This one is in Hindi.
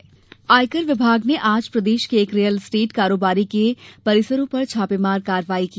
कार्रवाई आयकर विभाग ने आज प्रदेश के एक रियल एस्टेट कारोबारी के परिसरों पर छापेमार कार्यवाही की